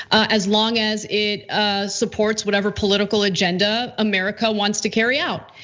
as long as it ah supports whatever political agenda, america wants to carry out.